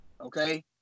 Okay